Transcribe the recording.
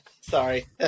sorry